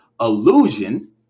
illusion